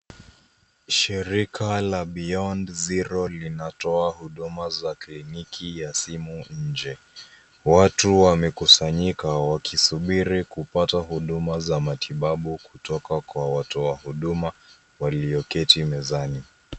Shirika la Beyond Zero linatoa huduma za kliniki ya simu nje. Watu wamekusanyika wakisubiri kupata huduma za matibabu kutoka kwa watoa huduma walioketi mezani.